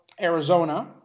Arizona